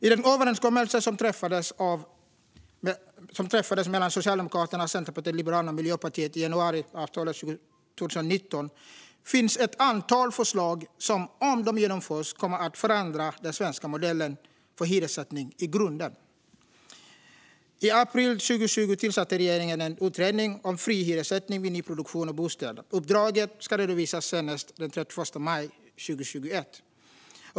I den överenskommelse som träffades mellan Socialdemokraterna, Centerpartiet, Liberalerna och Miljöpartiet i januari 2019 finns ett antal förslag som, om de genomförs, kommer att förändra den svenska modellen för hyressättning i grunden. I april 2020 tillsatte regeringen en utredning om fri hyressättning vid nyproduktion av bostäder. Uppdraget ska redovisas senast den 31 maj 2021.